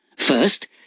First